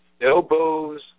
elbows